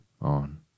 on